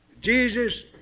Jesus